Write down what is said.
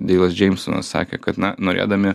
deilas džeimsas sakė kad na norėdami